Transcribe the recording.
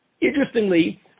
Interestingly